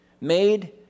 made